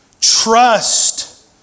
Trust